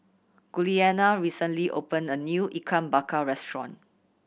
Giuliana recently opened a new Ikan Bakar restaurant